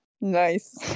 Nice